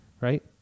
right